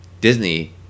Disney